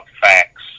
facts